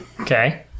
Okay